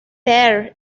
there